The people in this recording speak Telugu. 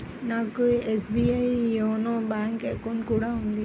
నాకు ఎస్బీఐ యోనో బ్యేంకు అకౌంట్ కూడా ఉంది